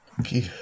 Okay